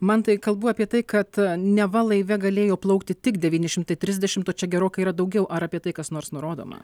mantai kalbu apie tai kad neva laive galėjo plaukti tik devyni šimtai trisdešimt o čia gerokai yra daugiau ar apie tai kas nors nurodoma